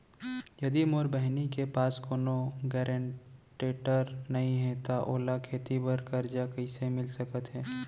यदि मोर बहिनी के पास कोनो गरेंटेटर नई हे त ओला खेती बर कर्जा कईसे मिल सकत हे?